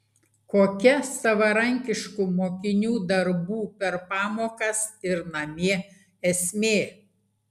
kokia savarankiškų mokinių darbų per pamokas ir namie esmė